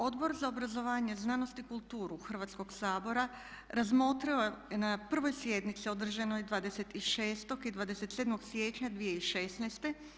Odbor za obrazovanje, znanost i kulturu Hrvatskoga sabora razmotrio je na 1. sjednici održanoj 26. i 27. siječnja 2016.